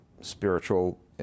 spiritual